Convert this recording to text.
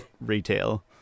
retail